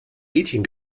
mädchen